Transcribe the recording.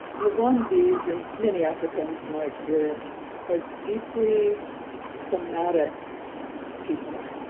rwandese, and many africans, my experience are deeply some matic people,